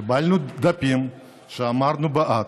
קיבלנו דפים שאמרו "בעד".